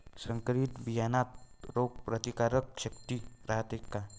संकरित बियान्यात रोग प्रतिकारशक्ती रायते का?